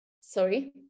sorry